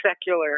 secular